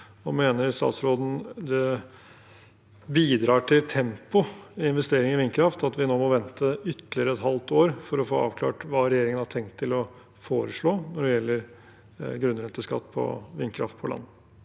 Og mener statsråden det bidrar til tempo i investeringer i vindkraft at vi nå må vente ytterligere et halvt år for å få avklart hva regjeringen har tenkt å foreslå når det gjelder grunnrenteskatt på vindkraft på land?